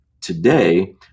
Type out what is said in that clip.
Today